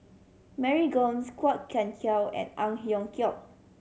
Mary Gomes Kwok Kian Chow and Ang Hiong Chiok